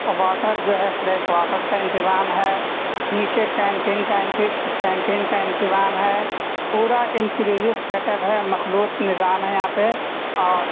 water جو ہے fresh water کا انتظام ہے نیچے کینٹین کا انتے کینٹین کا انتظام ہے پورا انٹیرئر سیٹ اپ ہے مخلوط نظام ہے یہاں پہ اور